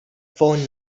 found